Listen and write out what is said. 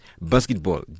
basketball